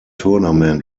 tournament